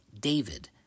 David